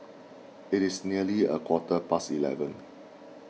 it is nearly a quarter past eleven